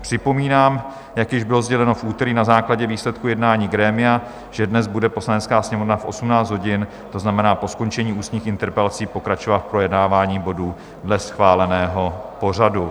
Připomínám, jak již bylo sděleno v úterý na základě výsledku jednání grémia, že dnes bude Poslanecká sněmovna v 18 hodin, to znamená po skončení ústních interpelací, pokračovat v projednávání bodů dle schváleného pořadu.